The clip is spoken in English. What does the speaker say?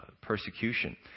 persecution